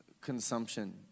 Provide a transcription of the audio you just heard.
consumption